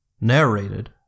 narrated